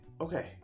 Okay